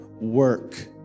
work